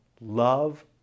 Love